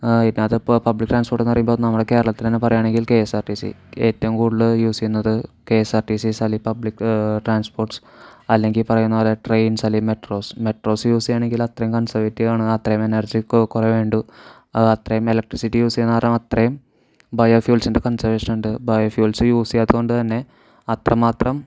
ഇതിനകത്തിപ്പോൾ public ട്രാൻസ്പോർട്ടെന്നു പറയുമ്പോൾ നമ്മുടെ കേരളത്തിൽ തന്നെ പറയുകയാണെങ്കിൽ K S R T C ഏറ്റവും കൂടുതൽ യൂസ് ചെയ്യുന്നത് K S R T Cs അല്ലേൽ പബ്ലിക് ട്രാൻസ്പോർട്ട്സ് അല്ലെങ്കിൽ പറയുന്നതുപോലെ ട്രെയിൻസ് അല്ലേൽ മെട്രോസ് മെട്രോസ് യൂസ് ചെയ്യണമെങ്കിൽ അത്രയും കൺസെർവേറ്റീവാണ് അത്രയും എനർജി കുറവേ വേണ്ടൂ അത്രയും ഇലക്ട്രിസിറ്റി യൂസ് ചെയ്യണ കാരണം അത്രയും ബയോഫ്യൂൽസിൻ്റെ കൺസേർവഷനുണ്ട് ബയോഫ്യൂൽസ് യൂസ് ചെയ്യാത്തതുകൊണ്ടുതന്നെ അത്രമാത്രം